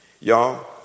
Y'all